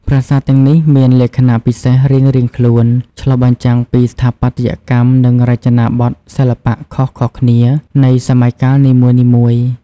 ប្រាសាទទាំងនេះមានលក្ខណៈពិសេសរៀងៗខ្លួន ឆ្លុះបញ្ចាំងពីស្ថាបត្យកម្ម និងរចនាបថសិល្បៈខុសៗគ្នានៃសម័យកាលនីមួយៗ។